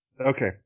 Okay